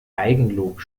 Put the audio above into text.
eigenlob